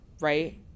right